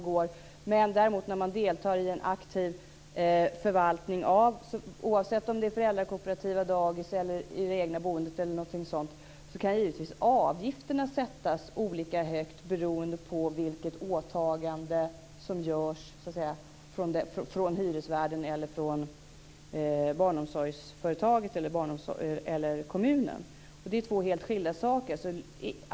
När man däremot deltar i en aktiv förvaltning, oavsett om det är föräldrakooperativa dagis, i det egna boendet eller något sådant, kan givetvis avgifterna sättas olika högt beroende på vilket åtagande som görs från hyresvärden, barnomsorgsföretaget eller kommunen. Det är två helt skilda saker.